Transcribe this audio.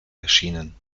erschienen